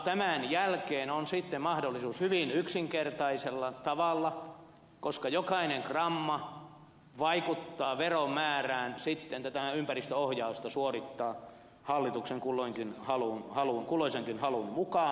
tämän jälkeen on sitten mahdollisuus hyvin yksinkertaisella tavalla koska jokainen gramma vaikuttaa veromäärään ympäristöohjausta suorittaa hallituksen kulloisenkin halun mukaan